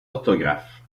orthographes